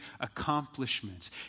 accomplishments